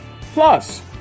Plus